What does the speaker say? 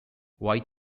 white